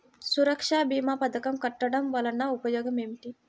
సురక్ష భీమా పథకం కట్టడం వలన ఉపయోగం ఏమిటి?